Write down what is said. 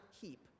keep